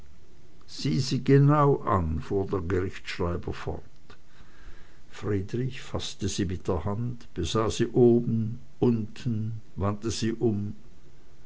genau an fuhr der gerichtschreiber fort friedrich faßte sie mit der hand besah sie oben unten wandte sie um